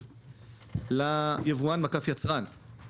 ליבואן-יצרן, וזה מאוד חשוב.